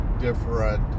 different